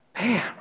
Man